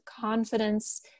confidence